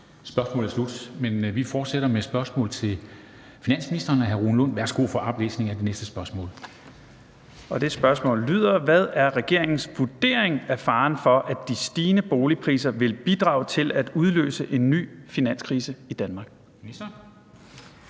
Spørgsmålet er slut. Men vi fortsætter med spørgsmål til finansministeren af hr. Rune Lund. Kl. 13:09 Spm. nr. S 1236 2) Til finansministeren af: Rune Lund (EL): Hvad er regeringens vurdering af faren for, at de stigende boligpriser vil bidrage til at udløse en ny finanskrise i Danmark?